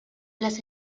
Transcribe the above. las